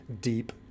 deep